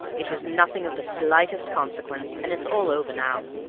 it was nothing of the slightest consequence, and it's all over now.